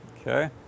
Okay